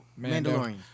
Mandalorian